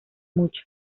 mucho